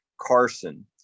Carson